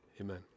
amen